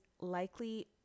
likely